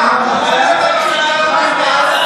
אינו נוכח חיים כץ,